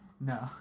No